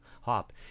hop